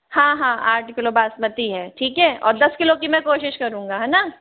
हाँ हाँ आठ किलो बासमती है ठीक है और दस किलो की मैं कोशिश करूँगा है ना धन्यवाद